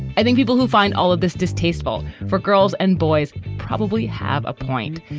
i think people who find all of this distasteful for girls and boys probably have a point.